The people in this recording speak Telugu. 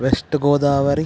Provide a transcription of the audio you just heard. వెస్ట్ గోదావరి